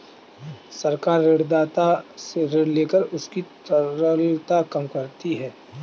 सरकार ऋणदाता से ऋण लेकर उनकी तरलता कम करती है